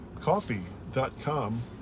coffee.com